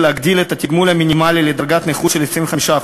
להגדיל את התגמול המינימלי לדרגת נכות של 25%,